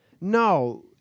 No